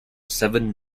seven